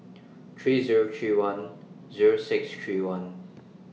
three Zero three one Zero six three one